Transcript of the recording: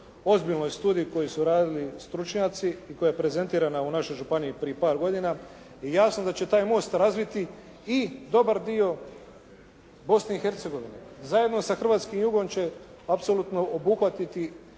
ozbiljnoj studiji koju su radili stručnjaci i koja je prezentirana u našoj županiji prije par godina je jasno da će taj most razviti i dobar dio Bosne i Hercegovine. Zajedno sa hrvatskim jugom će apsolutno obuhvatiti